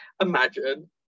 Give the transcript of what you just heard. imagine